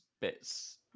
bits